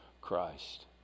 Christ